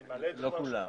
לא כולם.